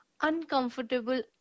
uncomfortable